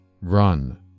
Run